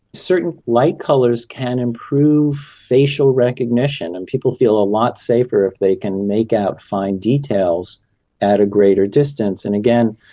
certain light colours can improve facial recognition, and people feel a lot safer if they can make out fine details at a greater distance. and again,